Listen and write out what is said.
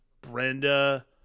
Brenda